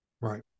right